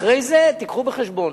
אחרי זה, תיקחו בחשבון.